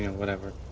and whatever.